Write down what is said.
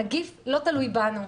הנגיף לא תלוי בנו,